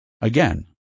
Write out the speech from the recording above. Again